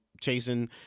chasing